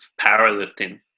powerlifting